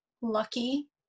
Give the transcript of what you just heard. lucky